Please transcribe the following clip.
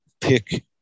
pick